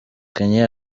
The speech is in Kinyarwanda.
kenya